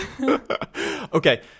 Okay